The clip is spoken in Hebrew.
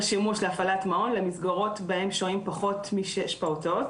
שימוש להפעלת מעון למסגרות בהם שוהים פחות משש פעוטות.